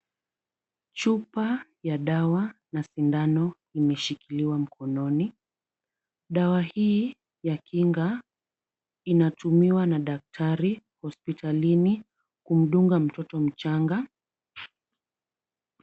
Chupa ya dawa na sindano imeshikiliwa mkononi. Dawa hii ya kinga inatumiwa na daktari hospitalini kumdunga mtoto mchanga.